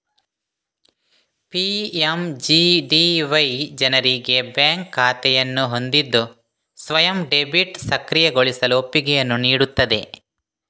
PMGDY ಜನರಿಗೆ bank ಖಾತೆಯನ್ನು ಹೊಂದಿದ್ದು ಸ್ವಯಂ ಡೆಬಿಟ್ ಸಕ್ರಿಯಗೊಳಿಸಲು ಒಪ್ಪಿಗೆಯನ್ನು ನೀಡುತ್ತದೆ